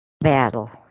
battle